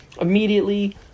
immediately